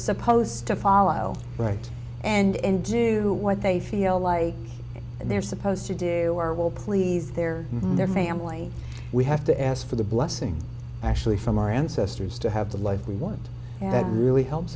supposed to follow right and do what they feel like they're supposed to do where will please their their family we have to ask for the blessing actually from our ancestors to have the life we want and that really helps